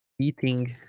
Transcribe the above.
eating